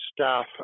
staff